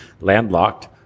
Landlocked